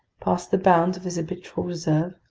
past the bounds of his habitual reserve?